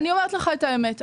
אני אומרת לך את האמת,